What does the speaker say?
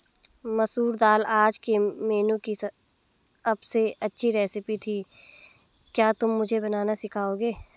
मसूर दाल आज के मेनू की अबसे अच्छी रेसिपी थी क्या तुम मुझे बनाना सिखाओंगे?